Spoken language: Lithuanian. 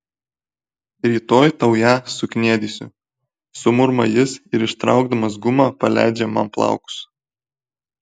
rytoj tau ją sukniedysiu sumurma jis ir ištraukdamas gumą paleidžia man plaukus